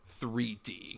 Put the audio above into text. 3D